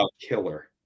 killer